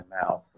mouth